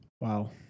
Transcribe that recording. Wow